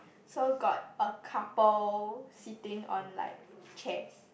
so got a couple sitting on like chairs